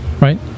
right